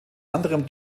anderem